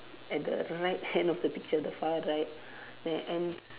at the right hand of the picture the far right then ends